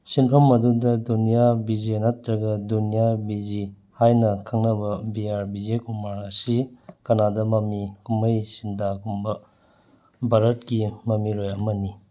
ꯁꯤꯟꯐꯝ ꯑꯗꯨꯗ ꯗꯨꯅꯤꯌꯥ ꯕꯤꯖꯦ ꯅꯠꯇ꯭ꯔꯒ ꯗꯨꯅꯤꯌꯥ ꯕꯤꯖꯤ ꯍꯥꯏꯅ ꯈꯪꯅꯕ ꯕꯤ ꯑꯥꯔ ꯕꯤꯖꯦ ꯀꯨꯃꯥꯔ ꯑꯁꯤ ꯀꯅꯥꯗꯥ ꯃꯃꯤ ꯀꯨꯝꯍꯩ ꯁꯤꯡꯗ ꯀꯨꯝꯕ ꯚꯥꯔꯠꯀꯤ ꯃꯃꯤꯔꯣꯏ ꯑꯃꯅꯤ